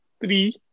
three